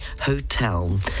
hotel